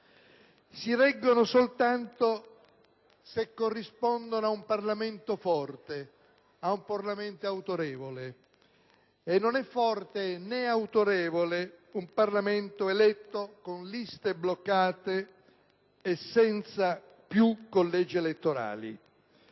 si reggono soltanto se corrispondono ad un Parlamento forte e autorevole: e non è forte, né autorevole un Parlamento eletto con liste bloccate e senza più collegi elettorali.